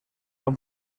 los